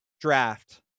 draft